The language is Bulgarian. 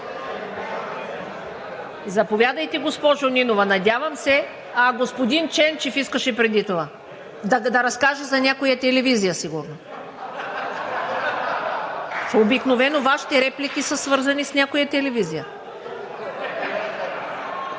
Заповядайте, госпожо Нинова – господин Ченчев искаше преди това да разкаже за някоя телевизия сигурно? Обикновено Вашите реплики са свързани с някоя телевизия.